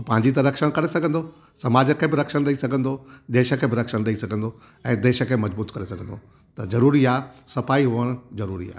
पंहिंजी त रक्षण करे सघंदो समाज खे बि रक्षण ॾेई सघंदो देश खे बि रक्षण ॾेई सघंदो ऐं देश खे मज़बूत करे सघंदो त ज़रूरी आहे सफ़ाई हुअणु ज़रूरी आहे